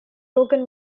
broken